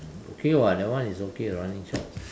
okay [what] that one is okay running shorts